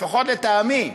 לפחות לטעמי,